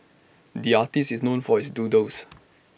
the artist is known for his doodles